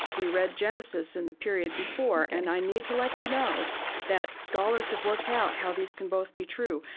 we read genesis in the period before, and i need to let you know that scholars have worked out how these can both be true.